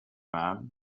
man